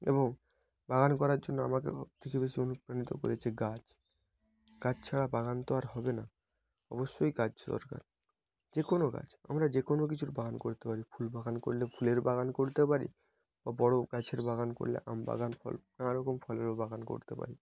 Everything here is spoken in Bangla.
এবং বাগান করার জন্য আমাকে সব থেকে বেশি অনুপ্রাণিত করেছে গাছ গাছ ছাড়া বাগান তো আর হবে না অবশ্যই গাছ দরকার যে কোনো গাছ আমরা যে কোনো কিছুর বাগান করতে পারি ফুল বাগান করলে ফুলের বাগান করতেও পারি বা বড় গাছের বাগান করলে আম বাগান ফল নানা রকম ফলের বাগান করতে পারি